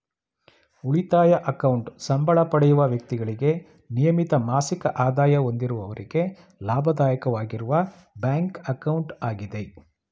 ಉಳಿತಾಯ ಅಕೌಂಟ್ ಸಂಬಳ ಪಡೆಯುವ ವ್ಯಕ್ತಿಗಳಿಗೆ ನಿಯಮಿತ ಮಾಸಿಕ ಆದಾಯ ಹೊಂದಿರುವವರಿಗೆ ಲಾಭದಾಯಕವಾಗಿರುವ ಬ್ಯಾಂಕ್ ಅಕೌಂಟ್ ಆಗಿದೆ